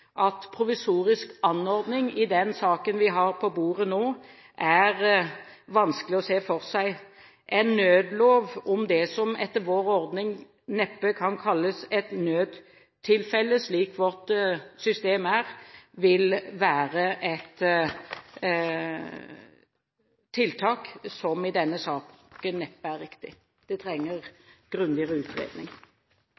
at provisorisk anordning i den saken vi har på bordet nå, er vanskelig å se for seg. En nødlov om det som etter vår ordning neppe kan kalles et nødstilfelle, slik vårt system er, vil være et tiltak som i denne saken neppe er riktig. Det trenger